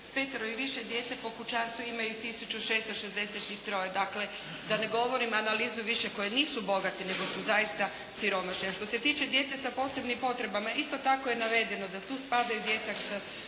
s petero i više djece po kućanstvu imaju tisuću šesto šezdeset i troje. Dakle, da ne govorim analizu više koji nisu bogati, nego su zaista siromašni. A što se tiče djece sa posebnim potrebama, isto tako je navedeno da tu spadaju djeca sa